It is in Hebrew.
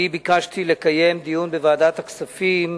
לקיים דיון בוועדת הכספים